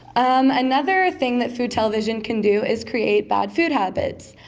um another thing that food television can do is create bad food habits.